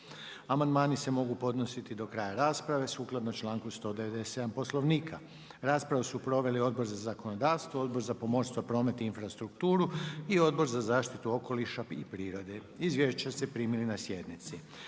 Amandmani se mogu podnositi do kraja rasprave, sukladno članku 197. Poslovnika. Raspravu su proveli Odbor za zakonodavstvo i Odbor za obrazovanje, znanosti i kulturu. Njihova izvješća ste primili na sjednici,